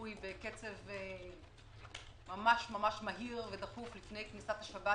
הזיהוי בקצב ממש מהיר ודחוף לפני כניסת השבת,